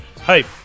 hype